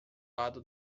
lado